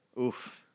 Oof